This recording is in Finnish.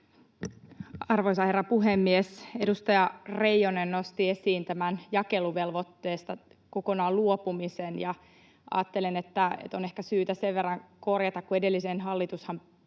Arvoisa herra puhemies! Edustaja Reijonen nosti esiin tämän jakeluvelvoitteesta kokonaan luopumisen, ja ajattelen, että on ehkä syytä sen verran korjata, että edellinen hallitushan